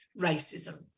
racism